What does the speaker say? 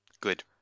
Good